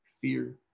Fear